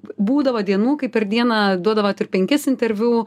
būdavo dienų kai per dieną duodavot ir penkis interviu